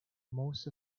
most